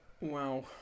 Wow